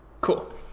cool